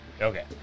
Okay